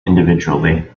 individually